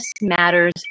matters